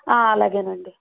అలాగే అండి